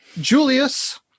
Julius